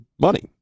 money